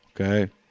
okay